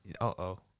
Uh-oh